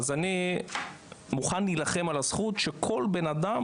אז אני מוכן להילחם על הזכות שכל בן אדם